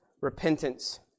repentance